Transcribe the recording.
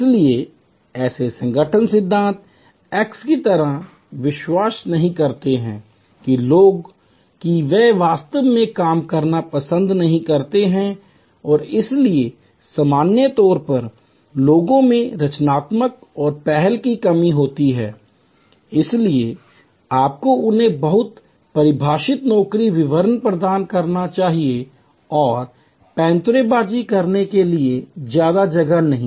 इसलिए ऐसे संगठन सिद्धांत एक्स की तरह विश्वास नहीं करते हैं कि लोग हैं कि वे वास्तव में काम करना पसंद नहीं करते हैं और इसलिए सामान्य तौर पर लोगों में रचनात्मकता और पहल की कमी होती है इसलिए आपको उन्हें बहुत परिभाषित नौकरी विवरण प्रदान करना चाहिए और पैंतरेबाज़ी करने के लिए ज्यादा जगह नहीं